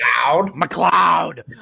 McLeod